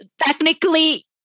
Technically